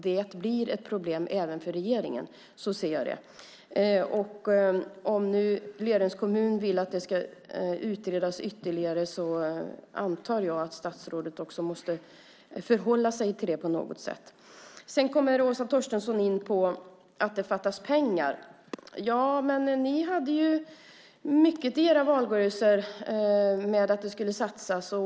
Det blir ett problem även för regeringen. Så ser jag det. Om nu Lerums kommun vill att det ska utredas ytterligare antar jag att statsrådet också måste förhålla sig till det på något sätt. Sedan kommer Åsa Torstensson in på att det fattas pengar. Men ni hade ju mycket pengar i era valrörelser. Det skulle satsas.